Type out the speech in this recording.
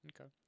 Okay